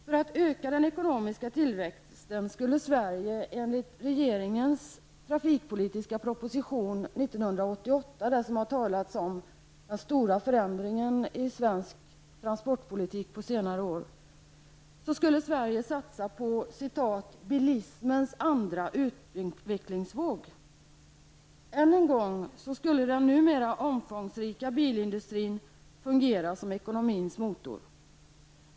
För att öka den ekonomiska tillväxten skulle Sverige enligt regeringens trafikpolitiska proposition 1988 -- man har talat om denna som den stora förändringen under senare år i svensk transportpolitik -- satsa på ''bilismens andra utvecklingsvåg''. Än en gång skulle den numera omfångsrika bilindustrin fungera som ekonomins motor.